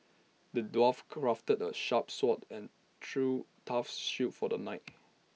the dwarf crafted A sharp sword and A true tough shield for the knight